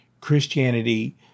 Christianity